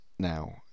now